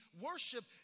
worship